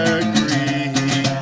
agree